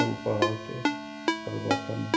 ᱚᱞ ᱯᱟᱲᱦᱟᱣ ᱛᱮ ᱟᱨ ᱵᱟᱝᱠᱷᱟᱱ